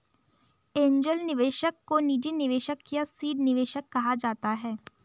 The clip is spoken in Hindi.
एंजेल निवेशक को निजी निवेशक या सीड निवेशक कहा जाता है